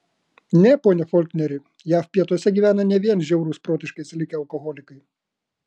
ne pone folkneri jav pietuose gyvena ne vien žiaurūs protiškai atsilikę alkoholikai